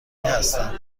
هستم